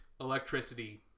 electricity